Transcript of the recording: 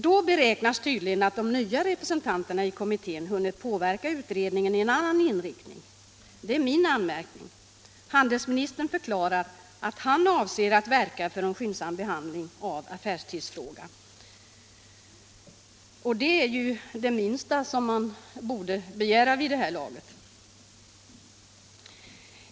Då beräknas tydligen de nya representanterna i kommittén ha hunnit påverka utredningen till en annan inriktning. Det är min anmärkning. Handelsministern förklarar att han avser att verka för en skyndsam behandling av affärstidsfrågan. Det är ju det minsta man kan begära i det här fallet.